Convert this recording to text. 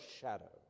shadow